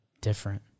Different